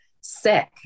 sick